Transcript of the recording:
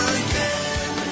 again